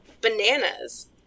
bananas